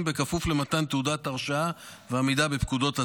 בכפוף למתן תעודת הרשאה ועמידה בפקודות הצבא.